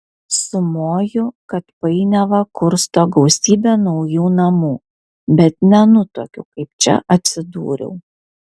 sumoju kad painiavą kursto gausybė naujų namų bet nenutuokiu kaip čia atsidūriau